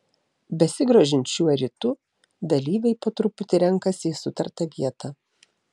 besigrožint šiuo rytu dalyviai po truputį renkasi į sutartą vietą